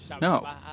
No